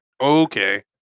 Okay